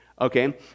okay